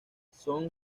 son